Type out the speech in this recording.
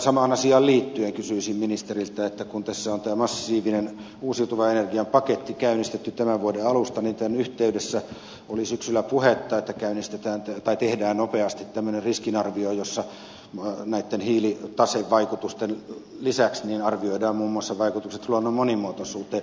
samaan asiaan liittyen kysyisin ministeriltä kun tässä on tämä massiivinen uusiutuvan energian paketti käynnistetty tämän vuoden alusta ja tämän yhteydessä oli syksyllä puhetta että tehdään nopeasti tämmöinen riskinarvio jossa näitten hiilitasevaikutusten lisäksi arvioidaan muun muassa vaikutukset luonnon monimuotoisuuteen